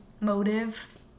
motive